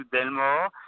Delmore